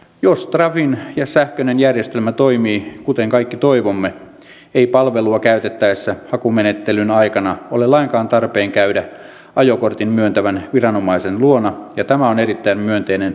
jos trafin sähköinen järjestelmä toimii kuten kaikki toivomme ei palvelua käytettäessä hakumenettelyn aikana ole lainkaan tarpeen käydä ajokortin myöntävän viranomaisen luona ja tämä on erittäin myönteinen asia